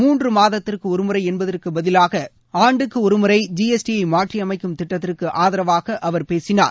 மூன்று மாதத்திற்கு ஒருமுறை என்பதற்கு பதிலாக ஆண்டுக்கு ஒருமுறை ஜிஎஸ்டியை மாற்றியமைக்கும் திட்டத்திற்கு ஆதரவாக அவர் பேசினார்